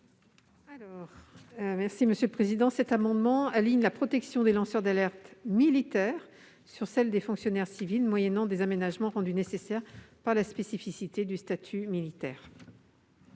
est à Mme le rapporteur. Cet amendement vise à aligner la protection des lanceurs d'alerte militaires sur celle des fonctionnaires civils, moyennant des aménagements rendus nécessaires par la spécificité du statut des militaires.